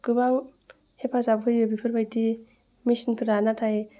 गोबां हेफाजाब होयो बेफोरबायदि मेचिनफोरा नाथाय